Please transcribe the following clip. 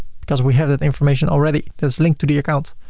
because we have that information already that's linked to the account.